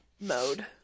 mode